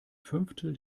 fünftel